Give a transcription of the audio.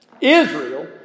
Israel